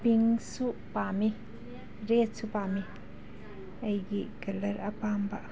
ꯄꯤꯡꯁꯨ ꯄꯥꯝꯏ ꯔꯦꯗꯁꯨ ꯄꯥꯝꯏ ꯑꯩꯒꯤ ꯀꯂꯔ ꯑꯄꯥꯝꯕ